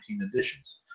Editions